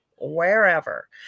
wherever